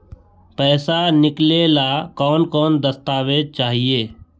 पैसा निकले ला कौन कौन दस्तावेज चाहिए?